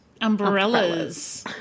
umbrellas